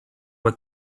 with